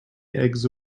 eggs